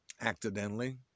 Accidentally